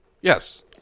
Yes